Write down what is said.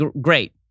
Great